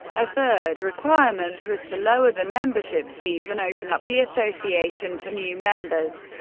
a third requirement was to lower the membership fees and open up the association for new members.